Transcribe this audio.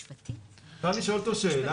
אפשר לשאול פה שאלה?